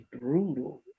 brutal